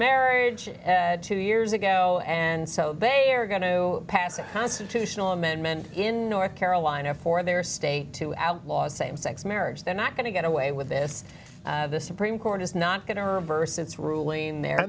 marriage two years ago and so they are going to pass a constitutional amendment in north carolina for their state to outlaw same sex marriage they're not going to get away with this the supreme court is not going to reverse its ruling the